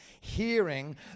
hearing